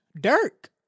dirk